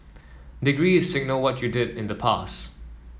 degrees signal what you did in the past